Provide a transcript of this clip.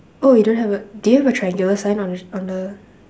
oh you don't have a do you have a triangular sign on the on the